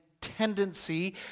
Tendency